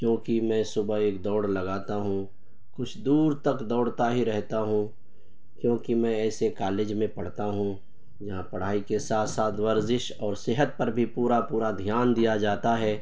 کیوں کہ میں صبح ایک دوڑ لگاتا ہوں کچھ دور تک دوڑتا ہی رہتا ہوں کیوںکہ میں ایسے کالج میں پڑھتا ہوں یہاں پڑھائی کے ساتھ ساتھ ورزش اور صحت پر بھی پورا پورا دھیان دیا جاتا ہے